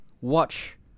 watch